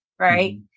Right